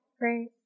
right